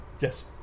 Yes